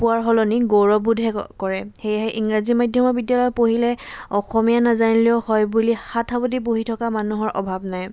পোৱাৰ সলনি গৌৰৱবোধহে কৰে সেয়েহে ইংৰাজী মাধ্যমৰ বিদ্যালয়ত পঢ়িলে অসমীয়া নাজানিলেও হয় বুলি হাত সাৱতি বহি থকা মানুহৰ অভাৱ নাই